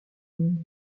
monde